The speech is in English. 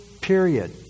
period